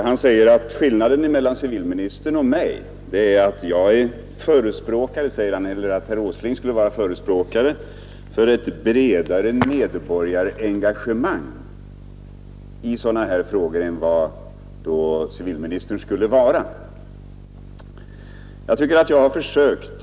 Han ansåg att skillnaden mellan oss är att han är förespråkare för ett bredare medborgarengagemang i sådana här frågor än vad jag som civilminister är.